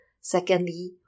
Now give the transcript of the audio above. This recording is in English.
Secondly